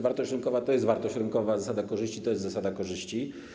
Wartość rynkowa to jest wartość rynkowa, a zasada korzyści to jest zasada korzyści.